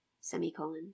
semicolon